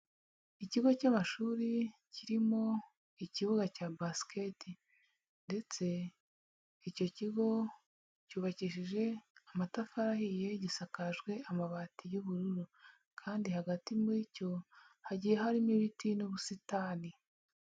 Ikigo cy'amashuri kirimo ikibuga cya basket ndetse icyo kigo cyubakishije amatafari ahiye gisakajwe amabati y'ubururu kandi hagati muri cyo hagiye harimo ibiti n'ubusitani.